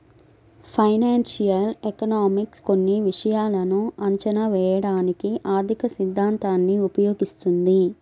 financial economics కొన్ని విషయాలను అంచనా వేయడానికి ఆర్థికసిద్ధాంతాన్ని ఉపయోగిస్తుంది